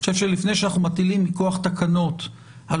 אני חושב שלפני שאנחנו מטילים חובות מכוח תקנות על